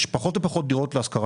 יש פחות ופחות דירות להשכרה.